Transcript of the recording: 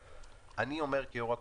אני אומר כיו"ר הקואליציה,